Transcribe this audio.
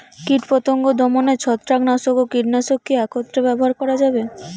কীটপতঙ্গ দমনে ছত্রাকনাশক ও কীটনাশক কী একত্রে ব্যবহার করা যাবে?